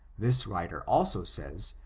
this writer also says,